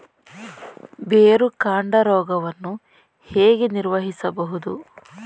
ಬೇರುಕಾಂಡ ರೋಗವನ್ನು ಹೇಗೆ ನಿರ್ವಹಿಸಬಹುದು?